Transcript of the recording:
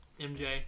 MJ